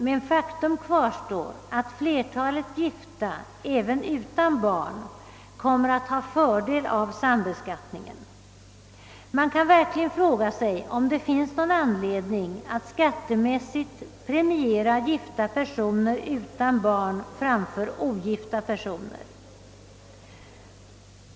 Och faktum kvarstår att flertalet gifta, även sådana utan barn, kommer att ha fördel av sambeskattningen. Man kan fråga sig om det verkligen föreligger anledning att skattemässigt premiera gifta personer utan barn framför ogifta personer.